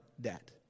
debt